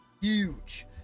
huge